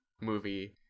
movie